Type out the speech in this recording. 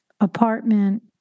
apartment